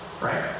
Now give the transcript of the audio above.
Right